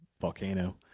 volcano